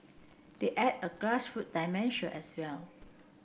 they add a grassroot dimension as well